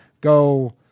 go